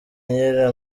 ngira